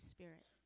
Spirit